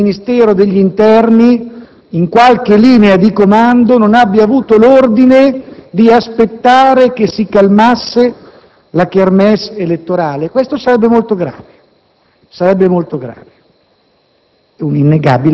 la macchina del Ministero dell'interno in qualche linea di comando non abbia avuto l'ordine di aspettare che si calmasse la *kermesse* elettorale. Questo sarebbe molto grave: sarebbe stato un